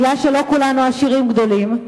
בגלל שלא כולנו עשירים גדולים,